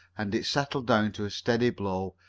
and it settled down to a steady blow,